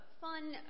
fun